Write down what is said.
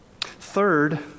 Third